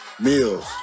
meals